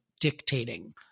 dictating